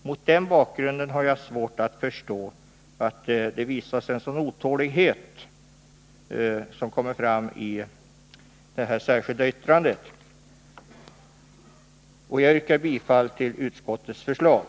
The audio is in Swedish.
Mot den bakgrunden har jag svårt att förstå den otålighet som kommer till uttryck i det särskilda yttrandet. Jag yrkar bifall till utskottets hemställan.